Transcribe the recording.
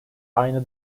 aynı